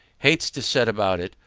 hates to set about it,